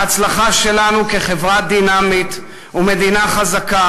ההצלחה שלנו כחברה דינמית ומדינה חזקה